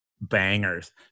bangers